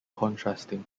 contrasting